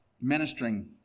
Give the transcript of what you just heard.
ministering